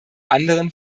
anderen